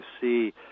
see